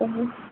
कहीं